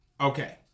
Okay